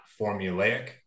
formulaic